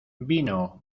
vino